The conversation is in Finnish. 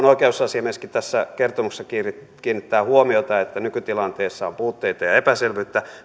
oikeusasiamieskin tässä kertomuksessa kiinnittää huomiota siihen että nykytilanteessa on puutteita ja epäselvyyttä